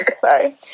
sorry